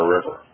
River